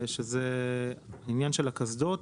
שזה עניין של הקסדות,